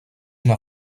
una